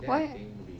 why